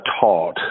taught